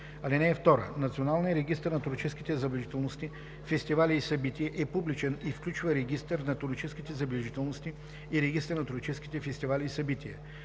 (2) Националният регистър на туристическите забележителности, фестивали и събития е публичен и включва Регистър на туристическите забележителности и Регистър на туристическите фестивали и събития.